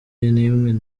nimwe